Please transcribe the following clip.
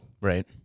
right